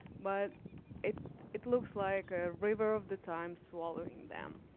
but it it looks like a river of the time swallowing them.